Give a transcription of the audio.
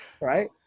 Right